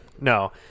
No